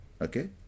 okay